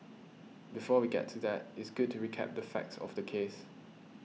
before we get to that it's good to recap the facts of the case